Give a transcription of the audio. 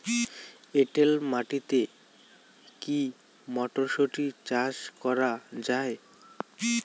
এটেল মাটিতে কী মটরশুটি চাষ করা য়ায়?